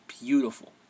beautiful